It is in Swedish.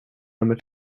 nummer